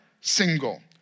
single